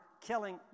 killing